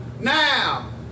Now